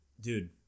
dude